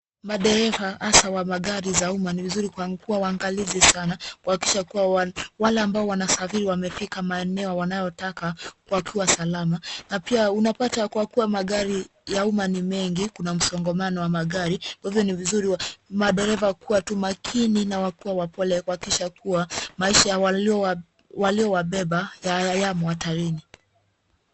Madereva hasa wa magari za umma ni vizuri kuwa wangalizi sana kuhakikisha kuwa wale ambao wanasafiri wamefika maeneo wanayotaka wakiwa salama na pia unapata kuwa magari ya umma ni mengi, kuna msongamano wa magari kwa hivyo ni vizuri madereva kuwa tu makini na wakue wapole wakishakua maisha ya walio wabeba yamo hatarini.